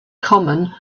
common